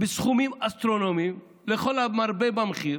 בסכומים אסטרונומיים לכל המרבה במחיר,